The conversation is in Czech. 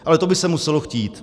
Ale to by se muselo chtít.